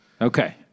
Okay